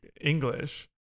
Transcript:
English